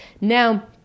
Now